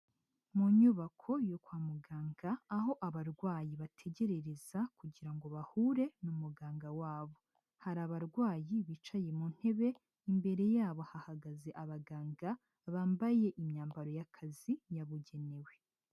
Mu nyubako yo kwa muganga, aho abarwayi bategerereza kugira ngo bahure n'umuganga wabo. Hari abarwayi bicaye mu ntebe, imbere yabo hahagaze abaganga bambaye imyambaro y'akazi yabugenewe.